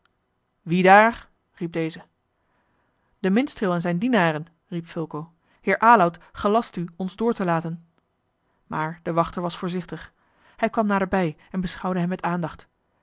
wie daar riep deze de minstreel en zijne dienaren riep fulco heer aloud gelast u ons door te laten maar de wachter was voorzichtig hij kwam naderbij en beschouwde hen met aandacht